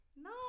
No